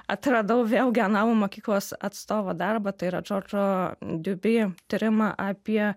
atradau vėlgi analų mokyklos atstovo darbą tai yra džordžo diubi tyrimą apie